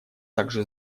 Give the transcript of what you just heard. также